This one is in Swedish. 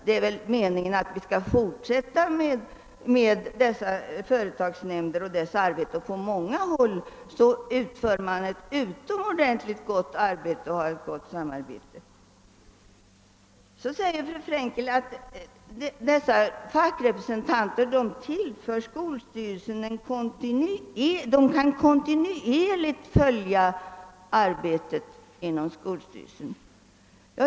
Det är väl ändå meningen att företagsnämnderna skall fortsätta med sitt arbete, och på många håll utför de ett utomordentligt gott arbete och har ett fint samarbete med skolstyrelserna. Fru Frenkel sade också att fackrepresentanterna kontinuerligt kan följa arbetet inom skolstyrelsen.